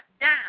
down